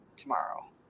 tomorrow